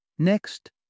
Next